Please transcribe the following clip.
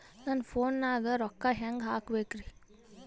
ನನ್ನ ಫೋನ್ ನಾಗ ರೊಕ್ಕ ಹೆಂಗ ಹಾಕ ಬೇಕ್ರಿ?